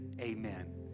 amen